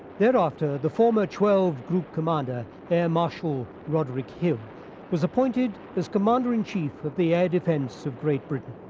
thereafter the former twelve group commander air marshal roderick hill was appointed as commander in chief of the air defense of great britain.